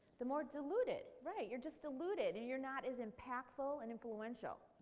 the more diluted, right. you're just diluted, and you're not as impactful and influential.